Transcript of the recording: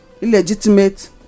illegitimate